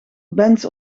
bands